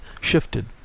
shifted